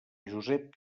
josep